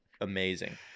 amazing